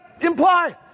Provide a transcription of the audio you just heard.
imply